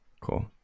cool